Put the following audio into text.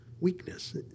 Weakness